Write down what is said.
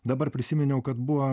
dabar prisiminiau kad buvo